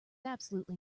absolutely